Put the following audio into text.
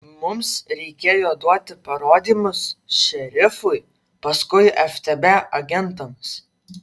mums reikėjo duoti parodymus šerifui paskui ftb agentams